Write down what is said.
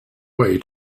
way